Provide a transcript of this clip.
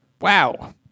Wow